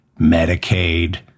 Medicaid